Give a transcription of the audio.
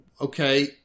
Okay